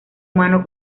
humano